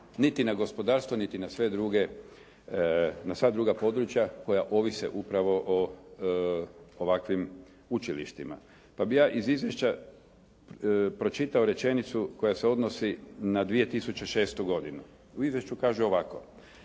niti na gospodarstvo, niti na sva druga područja koja ovise upravo o ovakvim učilištima. Pa bih ja iz Izvješća pročitao rečenicu koja se odnosi na 2006. godinu. U Izvješću kaže ovako: